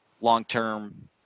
long-term